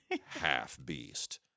half-beast